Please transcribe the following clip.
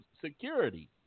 security